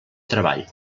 treball